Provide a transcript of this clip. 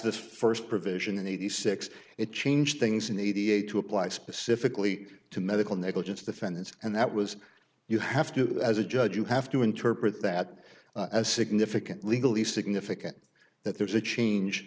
this first provision in eighty six it changed things in eighty eight to apply specifically to medical negligence defendants and that was you have to do that as a judge you have to interpret that as significant legally significant that there's a change